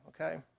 Okay